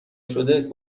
شده